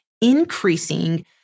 increasing